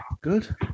Good